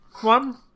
one